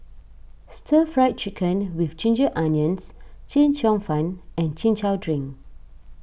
Stir Fried Chicken with Ginger Onions Chee Cheong Fun and Chin Chow Drink